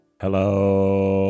Hello